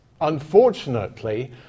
Unfortunately